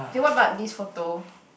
okay what about this photo